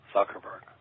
Zuckerberg